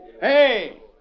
Hey